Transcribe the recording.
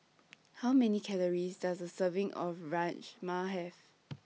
How Many Calories Does A Serving of Rajma Have